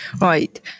Right